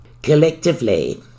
Collectively